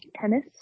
tennis